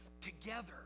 together